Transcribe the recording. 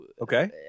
okay